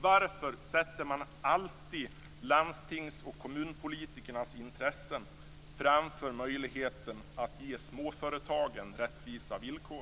Varför sätter man alltid landstings och kommunpolitikernas intressen framför möjligheten att ge småföretagen rättvisa villkor?